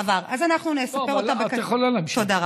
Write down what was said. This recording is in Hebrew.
עבר, אז אנחנו נספר אותו, לא, את יכולה להמשיך.